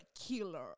killer